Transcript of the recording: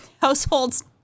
households